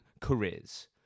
careers